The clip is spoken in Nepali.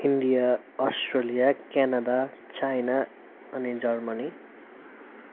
इन्डिया अस्ट्रेलिया क्यानाडा चाइना अनि जर्मनी